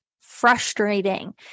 frustrating